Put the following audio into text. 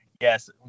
Yes